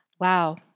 Wow